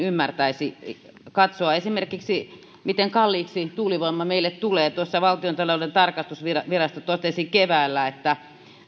ymmärtäisi katsoa esimerkiksi miten kalliiksi tuulivoima meille tulee valtiontalouden tarkastusvirasto totesi keväällä että